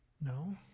No